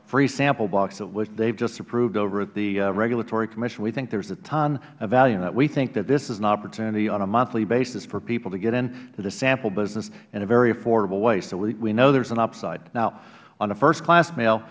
free sample box they have just approved over at the regulatory commission we think there is a ton of value in that we think that this is an opportunity on a monthly basis for people to get in to the sample business in a very affordable way so we know there is an upside now on the first class ma